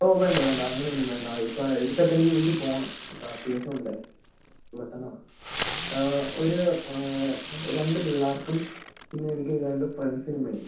ഓ വേണ്ട വേണ്ട അങ്ങനെയൊന്നും വേണ്ട ഇപ്പോൾ എടുത്തിട്ട് എനിക്ക് വീട്ടിൽ പോകണം ഇപ്പോൾ അത്യാവശ്യമുണ്ട് അപ്പോൾ പെട്ടെന്ന് വേണം ഒരു രണ്ടു പിള്ളേർക്കും പിന്നെ എനിക്ക് രണ്ടു ഫ്രണ്ട്സിനും വേണ്ടി